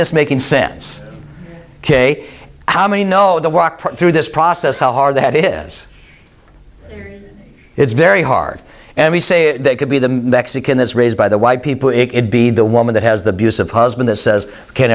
this making sense ok how many know the walk through this process how hard that is it's very hard and we say it could be the mexican that's raised by the white people it could be the woman that has the views of husband that says can